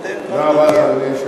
תודה רבה לך.